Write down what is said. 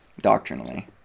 doctrinally